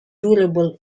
durable